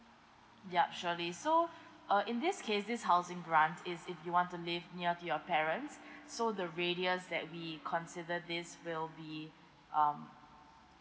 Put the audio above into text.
yup surely so uh in this case this housing grant is if you want to live near to your parents so the radius that we consider this will be um